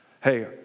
hey